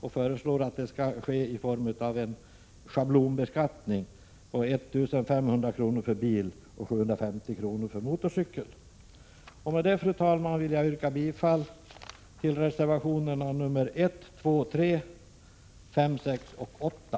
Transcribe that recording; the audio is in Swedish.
Vi föreslår att skatten skall tas ut i form av ett schablonbelopp på 1 500 kr. för bilar och 750 kr. för motorcyklar. Med det anförda, fru talman, vill jag yrka bifall till reservationerna 1,2, 3, 5, 6 och 8.